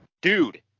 Dude